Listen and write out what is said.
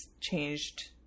changed